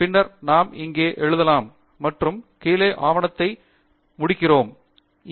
பின்னர் நாம் இங்கே எழுதலாம் மற்றும் கீழே ஆவணத்தை மூடுகிறோம் end